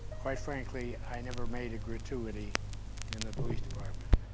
quite frankly, i never made a gratuity in the police department,